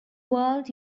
world